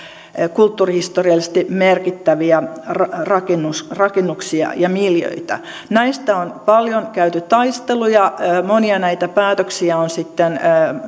kulttuurihistoriallisesti merkittäviä rakennuksia rakennuksia ja miljöitä näistä on paljon käyty taisteluja ja monia näitä päätöksiä